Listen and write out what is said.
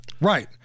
Right